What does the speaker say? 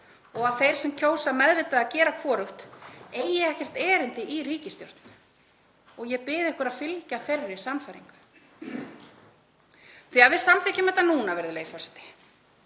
og að þeir sem kjósa meðvitað að gera hvorugt eigi ekkert erindi í ríkisstjórn. Ég bið ykkur að fylgja þeirri sannfæringu. Þegar við samþykkjum þetta núna, virðulegi forseti